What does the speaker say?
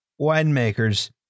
winemakers